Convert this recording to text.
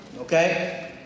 Okay